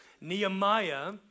Nehemiah